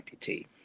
amputee